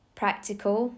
practical